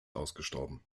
ausgestorben